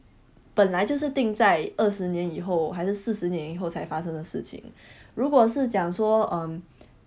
本来就是定在二十年以后还是四十年后才发生的事情如果是讲说 um